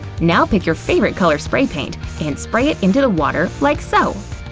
now pick your favorite color spray paint and spray it into the water like so.